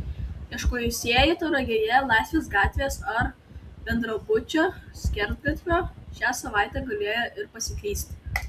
ieškojusieji tauragėje laisvės gatvės ar bendrabučio skersgatvio šią savaitę galėjo ir pasiklysti